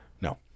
No